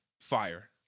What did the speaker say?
fire